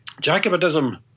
Jacobitism